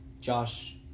Josh